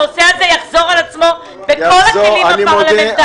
הנושא הזה יחזור על עצמו בכל הכלים הפרלמנטריים.